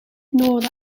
noorden